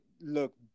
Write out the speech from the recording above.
look